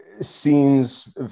scenes